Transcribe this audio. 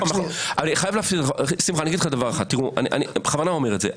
אני חייב להגיד דבר אחד, אני בכוונה אומר את זה.